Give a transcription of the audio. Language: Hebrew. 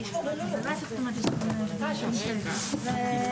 הישיבה ננעלה בשעה 14:00.